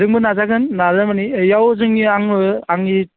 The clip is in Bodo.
जोंबो नाजागोन इयाव जोंनि आङो आंनि